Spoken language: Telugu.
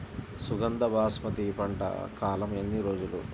సుగంధ బాస్మతి పంట కాలం ఎన్ని రోజులు?